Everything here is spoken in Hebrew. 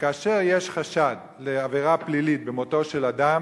שכאשר יש חשד לעבירה פלילית במותו של אדם,